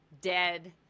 dead